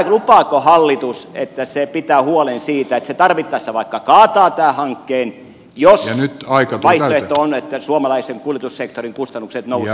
lupaako hallitus että se pitää huolen siitä että se tarvittaessa vaikka kaataa tämän hankkeen jos vaihtoehto on että suomalaisen kuljetussektorin kustannukset nousevat niin kuin nyt näyttää